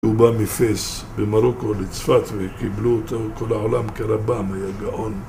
הוא בא מפס במרוקו לצפת וקיבלו אותו, וכל העולם כרבם היה גאון.